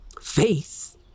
Faith